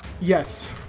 Yes